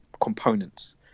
components